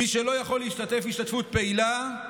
מי שלא יכול להשתתף השתתפות פעילה,